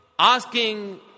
Asking